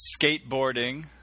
skateboarding